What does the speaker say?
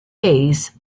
base